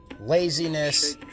laziness